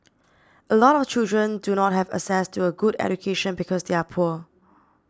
a lot of children do not have access to a good education because they are poor